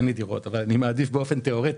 אין לי דירות אבל אני מעדיף באופן תיאורטי,